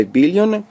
billion